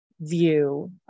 view